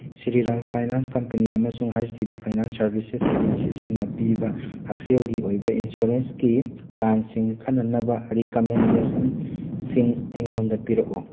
Shriram finance company ꯑꯃꯁꯨꯡ H D B finance services ꯑꯦꯖꯦꯟꯁꯤꯁꯤꯡꯅ ꯄꯤꯕ ꯍꯛꯁꯦꯜꯒꯤ ꯑꯣꯏꯕ ꯏꯟꯁꯨꯔꯦꯟꯁꯀꯤ ꯄ꯭ꯂꯥꯟꯁꯤꯡ ꯈꯟꯅꯅꯕ ꯔꯤꯀꯃꯦꯟꯗꯦꯁꯟꯁꯤꯡ ꯑꯩꯉꯣꯟꯗ ꯄꯤꯔꯛꯎ